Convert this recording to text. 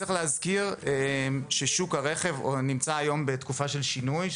צריך להזכיר ששוק הרכב נמצא היום בתקופה של שינוי,